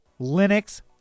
Linux